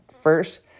first